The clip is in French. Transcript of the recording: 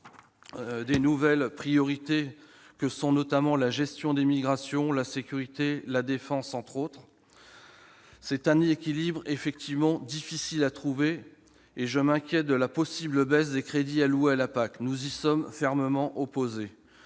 aux nouvelles priorités que sont notamment la gestion des migrations, la sécurité et la défense. L'équilibre est difficile à trouver et je m'inquiète de la possible baisse des crédits alloués à la PAC : nous y sommes fermement opposés